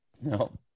No